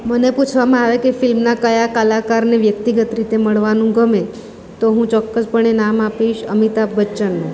મને પૂછવામાં આવે કે ફિલ્મના કયા કલાકારને વ્યક્તિગત રીતે મળવાનું ગમે તો હું ચોક્કસપણે નામ આપીશ અમિતાભ બચ્ચનનું